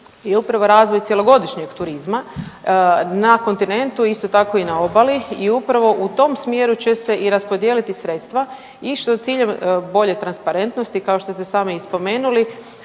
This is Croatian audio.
je upravo razvoj cjelogodišnjeg turizma na kontinentu, isto tako i na obali i upravo u tom smjeru će se i raspodijeliti sredstva i što je cilj bolje transparentnosti kao što ste sami spomenuli